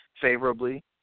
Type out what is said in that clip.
favorably